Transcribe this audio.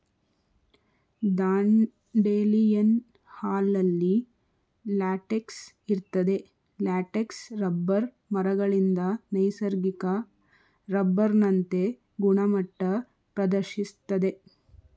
dandelion ಹಾಲಲ್ಲಿ latex ಇರ್ತದೆ latex rubber ಮರಗಳಿಂದ ನೈಸರ್ಗಿಕ ರಬ್ಬರ್ನಂತೆ ಗುಣಮಟ್ಟ ಪ್ರದರ್ಶಿಸ್ತದೆ